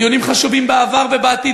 דיונים חשובים בעבר ובעתיד,